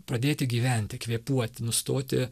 pradėti gyventi kvėpuoti nustoti